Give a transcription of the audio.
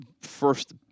first